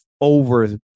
over